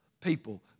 people